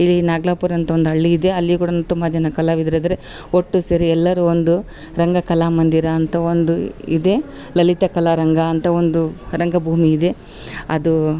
ಈ ನಾಗಲಾಪುರ ಅಂತ ಒಂದು ಹಳ್ಳಿಯಿದೆ ಅಲ್ಲಿ ಕೂಡ ತುಂಬ ಜನ ಕಲಾವಿದರಿದಾರೆ ಒಟ್ಟು ಸೇರಿ ಎಲ್ಲರು ಒಂದು ರಂಗ ಕಲಾ ಮಂದಿರ ಅಂತ ಒಂದು ಇದೆ ಲಲಿತಾ ಕಲಾರಂಗ ಅಂತ ಒಂದು ರಂಗಭೂಮಿಯಿದೆ ಅದು